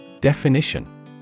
Definition